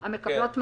כן.